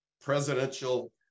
presidential